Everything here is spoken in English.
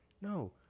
No